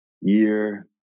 year